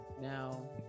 now